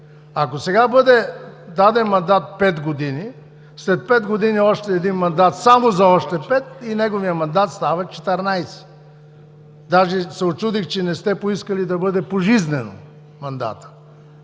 Ако сега бъде даден мандат пет години, след пет години още един мандат само за още пет и неговият мандат става 14. Даже се учудих, че не сте поискали да бъде пожизнен мандатът.